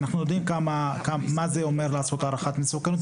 אנחנו יודעים מה זה אומר לעשות הערכת מסוכנות,